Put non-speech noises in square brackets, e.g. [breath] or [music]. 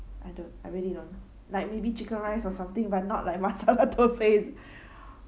I don't I really don't like maybe chicken rice or something but not like masala thosai [breath]